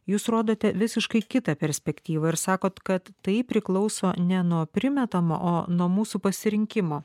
jūs rodote visiškai kitą perspektyvą ir sakot kad tai priklauso ne nuo primetamo o nuo mūsų pasirinkimo